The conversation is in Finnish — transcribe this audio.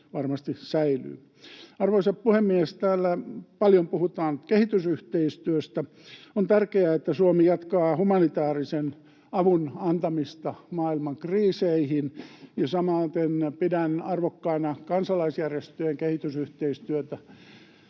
varmasti säilyy. Arvoisa puhemies! Täällä paljon puhutaan kehitysyhteistyöstä. On tärkeää, että Suomi jatkaa humanitäärisen avun antamista maailman kriiseihin, ja samoin pidän arvokkaana kansalaisjärjestöjen kehitysyhteistyötä,